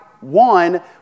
one